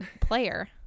player